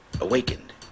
awakened